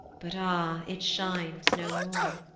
but ah! it shines no more.